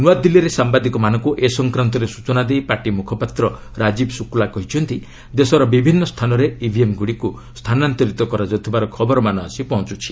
ନୂଆଦିଲ୍ଲୀରେ ସାମ୍ବାଦିକମାନଙ୍କୁ ଏ ସଂକ୍ରାନ୍ତରେ ସୂଚନା ଦେଇ ପାର୍ଟି ମୁଖପାତ୍ର ରାଜୀବ ଶୁକ୍ଲା କହିଛନ୍ତି ଦେଶର ବିଭିନ୍ନ ସ୍ଥାନରେ ଇଭିଏମ୍ଗୁଡ଼ିକୁ ସ୍ଥାନାନ୍ତରିତ କରାଯାଉଥିବା ଖବରମାନ ଆସି ପହଞ୍ଚୁଛି